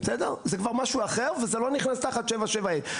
זה כבר משהו אחר, וזה לא נכנס תחת 7.7 ה'.